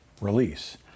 release